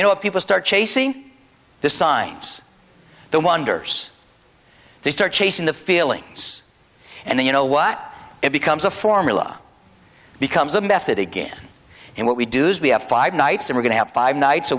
you know if people start chasing the signs the wonders they start chasing the feeling and then you know what it becomes a formula becomes a method again and what we do is we have five nights and we're going to have five nights a